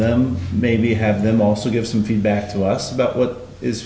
them maybe have them also give some feedback to us about what is